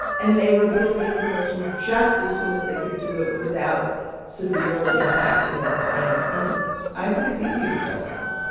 and they revealed the information just as soon as they could do it without severely impacting their client, and i think it's easy to justify.